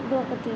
अथी